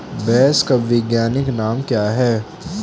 भैंस का वैज्ञानिक नाम क्या है?